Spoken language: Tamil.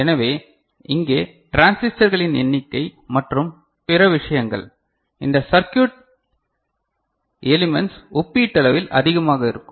எனவே இங்கே டிரான்சிஸ்டர்களின் எண்ணிக்கை மற்றும் பிற விஷயங்கள் இந்த சர்க்யுட் எலிமென்ட்ஸ் ஒப்பீட்டளவில் அதிகமாக இருக்கும்